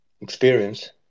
experience